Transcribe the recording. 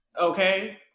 Okay